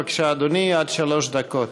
בבקשה, אדוני, עד שלוש דקות.